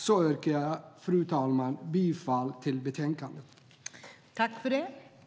Jag yrkar bifall till utskottets förslag i betänkandet.